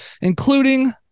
including